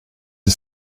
die